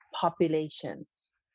populations